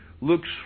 looks